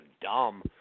dumb